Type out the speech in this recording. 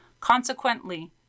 Consequently